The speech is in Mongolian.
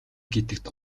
гэдэгт